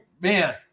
man